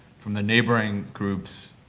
from the neighboring groups,